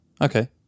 Okay